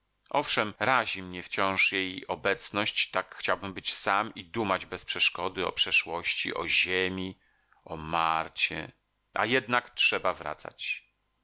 owszem razi mnie wciąż jej obecność tak chciałbym być sam i dumać bez przeszkody o przeszłości o ziemi o marcie a jednak trzeba wracać